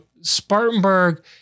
Spartanburg